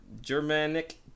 germanic